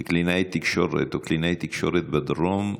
או לקלינאית תקשורת בדרום,